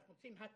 אנחנו רוצים הטמעה